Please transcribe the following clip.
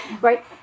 Right